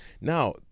Now